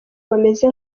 bameze